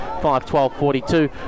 5-12-42